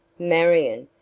marion,